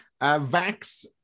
Vax